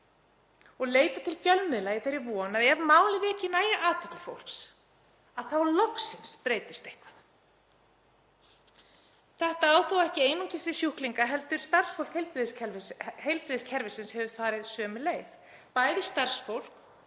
og leitar til fjölmiðla í þeirri von að ef málið veki næga athygli þá loksins breytist eitthvað. Þetta á þó ekki einungis við sjúklinga heldur hefur starfsfólk heilbrigðiskerfisins farið sömu leið. Bæði starfsfólk